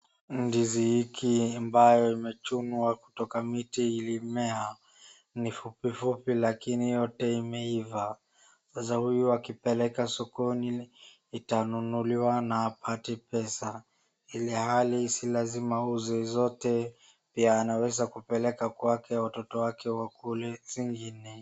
Ndizi hiki ambayo imechunwa kutoka miti ilimea, ni fupu fupi lakini yote imeiva. Sasa huyu akipeleka sokoni itanunuliwa na apate pesa, ilhali si lazima auze zote, pia anaweza kupeleka kwake watoto wake wakule zingine.